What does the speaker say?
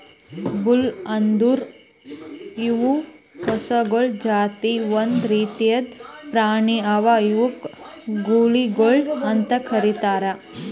bull ಅಂದುರ್ ಇವು ಹಸುಗೊಳ್ ಜಾತಿ ಒಂದ್ ರೀತಿದ್ ಪ್ರಾಣಿ ಅವಾ ಇವುಕ್ ಗೂಳಿಗೊಳ್ ಅಂತ್ ಕರಿತಾರ್